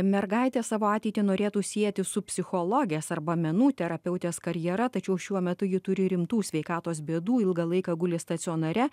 mergaitė savo ateitį norėtų sieti su psichologės arba menų terapeutės karjera tačiau šiuo metu ji turi rimtų sveikatos bėdų ilgą laiką guli stacionare